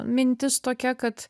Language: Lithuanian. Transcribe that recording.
mintis tokia kad